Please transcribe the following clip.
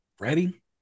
ready